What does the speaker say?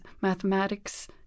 mathematics